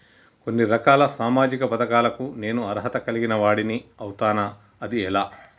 కొన్ని రకాల సామాజిక పథకాలకు నేను అర్హత కలిగిన వాడిని అవుతానా? అది ఎలా?